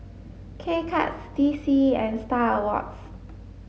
K Cuts D C and Star Awards